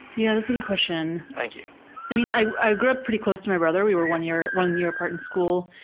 yeah, that's a good question. like yeah i mean, i i grew up pretty close to my brother, we were one year one year apart in school,